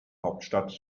hauptstadt